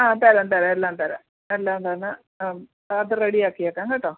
ആ തരാം തരാം എല്ലാം തരാം എല്ലാം തന്ന് അ അതൊക്കെ റെഡിയാക്കിയേക്കാം കേട്ടോ